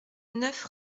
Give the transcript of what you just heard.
neuf